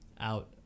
out